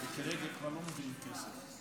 וכרגע כבר לא מביאים כסף?